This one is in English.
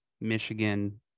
Michigan